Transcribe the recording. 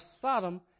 Sodom